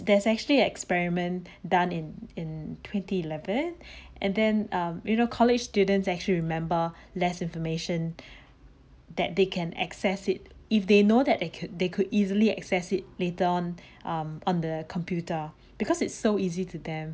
there's actually experiment done in in twenty eleven and then uh you know college students actually remember less information that they can access it if they know that they could they could easily access it later on um on the computer because it's so easy to them